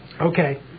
Okay